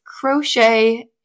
crochet